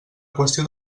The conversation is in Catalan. qüestió